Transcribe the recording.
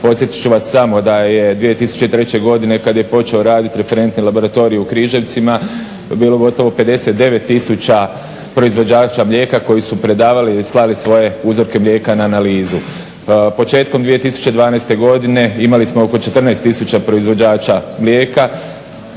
Podsjetit ću vas samo da je 2003. godine kad je počeo radit referentni laboratorij u Križevcima bilo gotovo 59000 proizvođača mlijeka koji su predavali i slali svoje uzorke mlijeka na analizu. Početkom 2012. godine imali smo oko 14000 proizvođača mlijeka